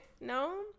no